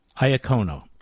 Iacono